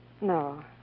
No